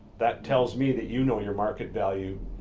that tells me that you know your market value,